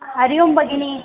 हरिः ओं भगिनि